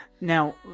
Now